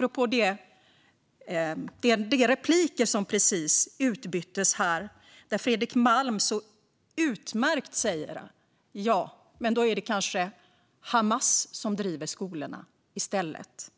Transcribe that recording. Jo, som Fredrik Malm så utmärkt sa i replikskiftet här nyss, då är det kanske Hamas som driver skolorna i stället.